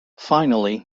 finally